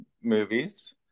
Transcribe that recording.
movies